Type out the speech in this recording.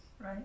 right